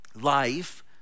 Life